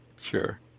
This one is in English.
Sure